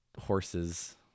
horses